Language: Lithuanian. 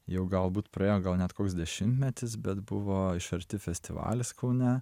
jau galbūt praėjo gal net koks dešimtmetis bet buvo iš arti festivalis kaune